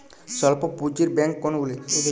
স্বল্প পুজিঁর ব্যাঙ্ক কোনগুলি?